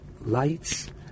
lights